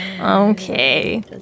Okay